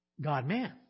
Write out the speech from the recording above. God-man